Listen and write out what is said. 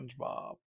SpongeBob